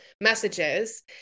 messages